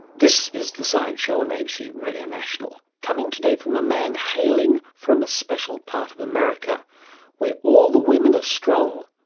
this is the science show on abc radio national coming today from a man hailing from a special part of america where all the women are strong,